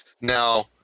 Now